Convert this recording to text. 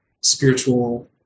spiritual